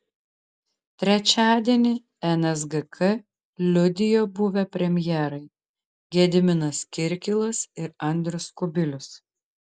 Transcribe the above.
trečiadienį nsgk liudijo buvę premjerai gediminas kirkilas ir andrius kubilius